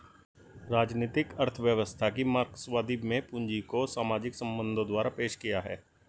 राजनीतिक अर्थव्यवस्था की मार्क्सवादी में पूंजी को सामाजिक संबंधों द्वारा पेश किया है